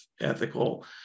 ethical